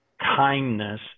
kindness